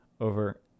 over